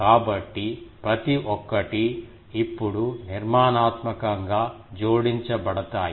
కాబట్టి ప్రతి ఒక్కటి ఇప్పుడు నిర్మాణాత్మకంగా జోడించబడతాయి